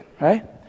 right